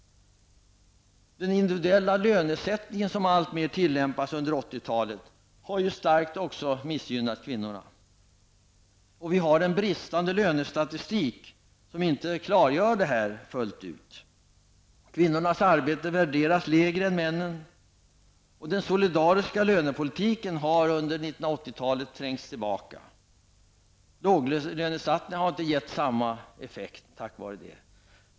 Den individuella lönesättningen som alltmer började tillämpas under 80-talet har också starkt missgynnat kvinnorna. Lönestatistikens brister gör att detta inte klargörs fullt ut. Kvinnornas arbete värderas lägre än männens. Den solidariska lönepolitiken har under 80-talet trängts tillbaka. Låglönesatsningarna har av den anledningen inte fått samma effekt.